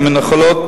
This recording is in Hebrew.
ומן החולות,